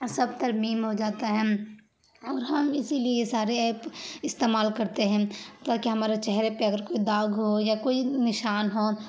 سب ترمیم ہو جاتا ہے ہم اور ہم اسی لیے یہ سارے ایپ استعمال کرتے ہیں تاکہ ہمارے چہرے پہ اگر کوئی داغ ہو یا کوئی نشان ہو